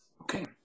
Okay